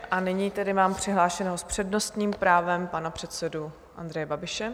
A nyní tedy mám přihlášeného s přednostním právem pana předsedu Andreje Babiše.